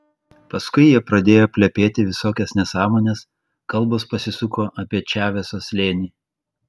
paskui jie pradėjo plepėti visokias nesąmones kalbos pasisuko apie čaveso slėnį